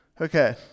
Okay